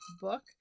book